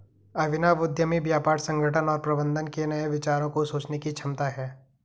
अभिनव उद्यमी व्यापार संगठन और प्रबंधन के नए विचारों को सोचने की क्षमता है